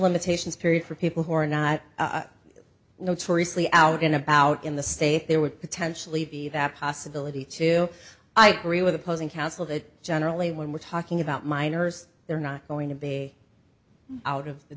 limitations period for people who are not notoriously out and about in the state there would potentially be that possibility too i carry with opposing counsel that generally when we're talking about minors they're not going to be out of the